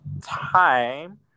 time